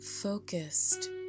focused